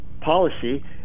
policy